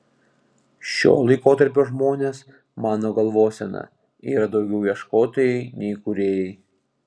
šio laikotarpio žmonės mano galvosena yra daugiau ieškotojai nei kūrėjai